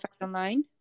online